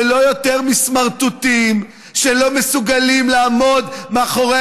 ולא יותר מסמרטוטים שלא מסוגלים לעמוד מאחורי